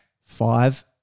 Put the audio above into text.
five